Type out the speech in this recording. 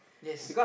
yes